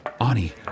Ani